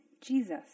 Jesus